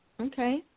Okay